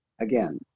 Again